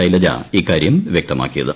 ശൈലജ ഇക്കാര്യം പൃക്തമാക്കിയത്